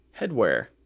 headwear